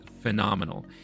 phenomenal